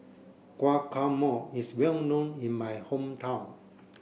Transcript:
guacamole is well known in my hometown